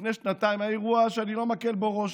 לפני שנתיים היה אירוע שאני לא מקל בו ראש: